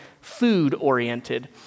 food-oriented